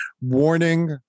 warning